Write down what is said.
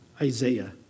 Isaiah